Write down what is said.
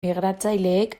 migratzaileek